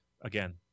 again